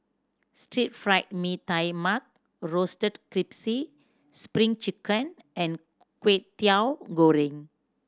Stir Fried Mee Tai Mak roasted Spring Chicken and Kway Teow Goreng